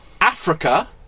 Africa